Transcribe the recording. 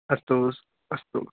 अस्तु अस्तु